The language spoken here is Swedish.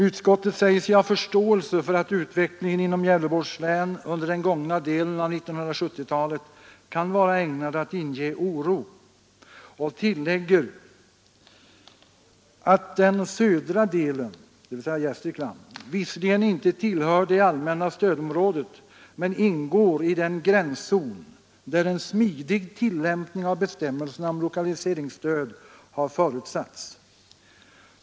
Utskottet säger sig ha förståelse för att utvecklingen inom Gävleborgs län under den gångna delen av 1970-talet kan vara ägnad att inge oro och tillägger att den södra delen, dvs. Gästrikland, visserligen inte tillhör det allmänna stödområdet men ingår i den gränszon där en smidig tillämpning av bestämmelserna om lokaliseringsstöd har förutsatts.